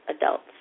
adults